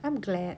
I am glad